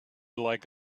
like